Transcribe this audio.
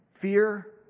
fear